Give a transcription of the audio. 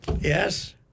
yes